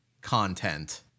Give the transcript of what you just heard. content